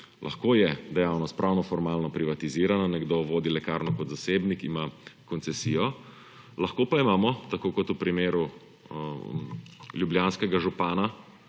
Lahko je dejavnost pravnoformalno privatizirana, nekdo vodi lekarno kot zasebnik, ima koncesijo, lahko pa imamo, tako kot v primeru ljubljanskega župana